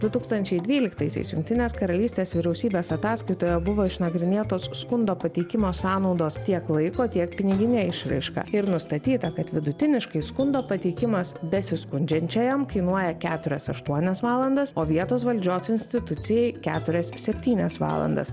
du tūkstančiai dvyliktaisiais jungtinės karalystės vyriausybės ataskaitoje buvo išnagrinėtos skundo pateikimo sąnaudos tiek laiko tiek pinigine išraiška ir nustatyta kad vidutiniškai skundo pateikimas besiskundžiančiajam kainuoja keturias aštuonias valandas o vietos valdžios institucijai keturias septynias valandas